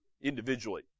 individually